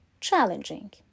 challenging